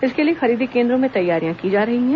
इसके लिए खरीदी केंद्रों में तैयारियां की जा रही हैं